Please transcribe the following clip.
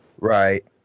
Right